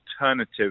alternative